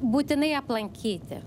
būtinai aplankyti